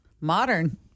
modern